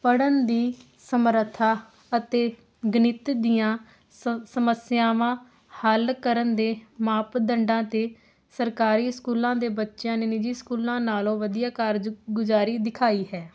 ਪੜ੍ਹਨ ਦੀ ਸਮਰੱਥਾ ਅਤੇ ਗਣਿਤ ਦੀਆਂ ਸ ਸਮੱਸਿਆਵਾਂ ਹੱਲ ਕਰਨ ਦੇ ਮਾਪਦੰਡਾਂ 'ਤੇ ਸਰਕਾਰੀ ਸਕੂਲਾਂ ਦੇ ਬੱਚਿਆਂ ਨੇ ਨਿੱਜੀ ਸਕੂਲਾਂ ਨਾਲੋਂ ਵਧੀਆ ਕਾਰਜ ਗੁਜ਼ਾਰੀ ਦਿਖਾਈ ਹੈ